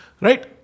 Right